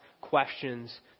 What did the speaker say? questions